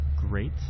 great